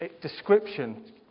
description